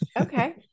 Okay